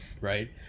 right